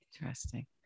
Interesting